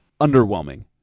underwhelming